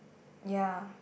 ya